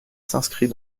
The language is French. s’inscrit